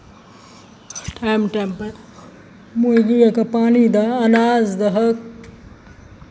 time टाइमपर मुरगिओकेँ पानि दहक अनाज दहक